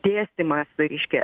dėstymas reiškia